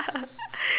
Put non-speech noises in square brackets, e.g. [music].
[laughs]